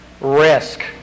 risk